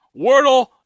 Wordle